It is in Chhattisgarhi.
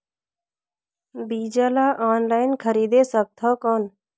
बीजा ला ऑनलाइन खरीदे सकथव कौन?